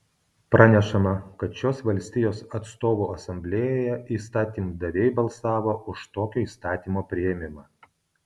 pranešama kad šios valstijos atstovų asamblėjoje įstatymdaviai balsavo už tokio įstatymo priėmimą